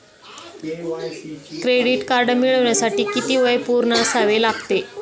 Credit card मिळवण्यासाठी किती वय पूर्ण असावे लागते?